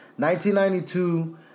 1992